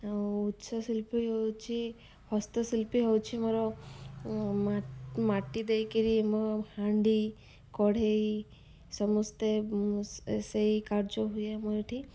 ଆଉ ଉତ୍ସଶିଳ୍ପୀ ହେଉଛି ହସ୍ତଶିଳ୍ପୀ ହେଉଛି ଆମର ମାଟି ଦେଇକିରି ଆମ ହାଣ୍ଡି କଢ଼େଇ ସମସ୍ତେ ସେଇ କାର୍ଯ୍ୟ ହୁଏ ଆମର ଏଠି